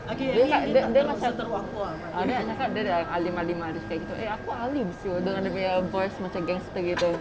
dia cakap dia dia macam eh dia cakap dia dah alim-alim ah dia cakap gitu eh aku alim [siol] dengan dia punya voice macam gangster gitu